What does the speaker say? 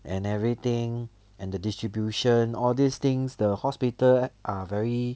and everything and the distribution all these things the hospital are very